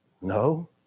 No